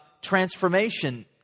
transformation